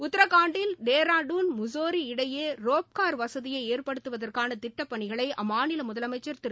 உத்ரகாண்டில் டேராடூன் முசோறி இடையே rope car வசதியை ஏற்படுத்துவதற்கான திட்டப்பணிகளை அம்மாநில முதலமைச்சா் திரு